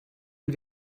und